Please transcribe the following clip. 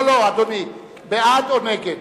נגד